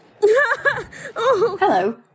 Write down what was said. Hello